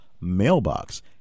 mailbox